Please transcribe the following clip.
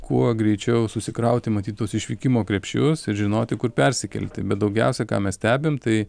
kuo greičiau susikrauti matytus išvykimo krepšius ir žinoti kur persikelti bet daugiausia ką mes stebim tai